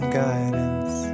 guidance